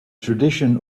tradition